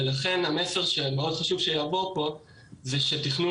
ולכן המסר שמאוד חשוב שיעבור פה זה שתכנון